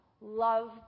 love